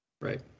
Right